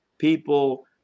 People